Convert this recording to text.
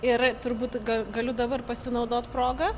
ir turbūt ga galiu dabar pasinaudot proga